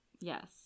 Yes